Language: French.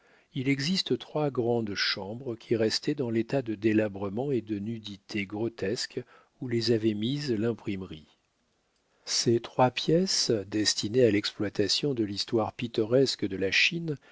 il existe trois grandes chambres qui restaient dans l'état de délabrement et de nudité grotesque où les avait mises l'imprimerie ces trois pièces destinées à l'exploitation de l'histoire pittoresque de la chine